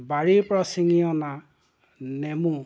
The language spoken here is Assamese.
বাৰীৰ পৰা চিঙি অনা নেমু